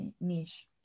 niche